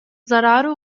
zarara